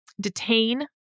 Detain